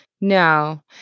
No